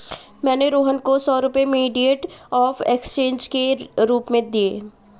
मैंने रोहन को सौ रुपए मीडियम ऑफ़ एक्सचेंज के रूप में दिए